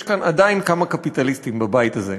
יש כאן עדיין כמה קפיטליסטים בבית הזה,